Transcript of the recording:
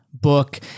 book